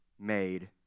made